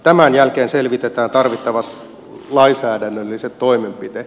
tämän jälkeen selvitetään tarvittavat lainsäädännölliset toimenpiteet